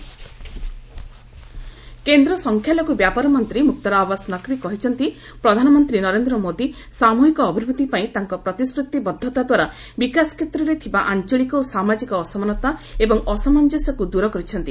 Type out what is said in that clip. ଆସାମ ନକ୍ବୀ କେନ୍ଦ୍ର ସଂଖ୍ୟାଲଘ୍ର ବ୍ୟାପାର ମନ୍ତ୍ରୀ ମୁକ୍ତାର ଆବାସ ନକ୍ବୀ କହିଛନ୍ତି ପ୍ରଧାନମନ୍ତ୍ରୀ ନରେନ୍ଦ୍ର ମୋଦି ସାମ୍ରହିକ ଅଭିବୃଦ୍ଧି ପାଇଁ ତାଙ୍କ ପ୍ରତିଶ୍ରତିବଦ୍ଧତାଦ୍ୱାରା ବିକାଶ କ୍ଷେତ୍ରରେ ଥିବା ଆଞ୍ଚଳିକ ଓ ସାମାଜିକ ଅସମାନତା ଏବଂ ଅସାମଞ୍ଜସ୍ୟକୁ ଦୂର କରିଛନ୍ତି